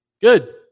Good